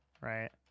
right